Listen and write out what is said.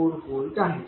744 Vआहे